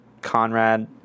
Conrad